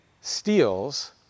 steals